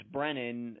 Brennan